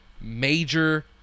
major